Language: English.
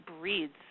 breeds